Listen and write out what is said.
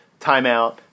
timeout